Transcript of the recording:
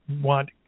want